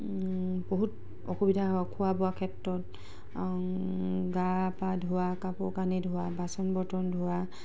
বহুত অসুবিধা হয় খোৱা বোৱাৰ ক্ষেত্ৰত গা পা ধোৱা কাপোৰ কানি ধোৱা বাচন বৰ্তন ধোৱা